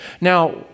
Now